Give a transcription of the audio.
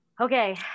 Okay